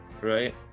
right